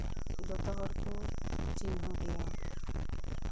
ᱡᱚᱛᱚ ᱦᱚᱲ ᱠᱚ ᱪᱤᱱᱦᱟᱹᱣ ᱮᱭᱟ